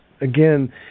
again